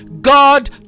god